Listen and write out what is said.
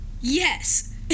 Yes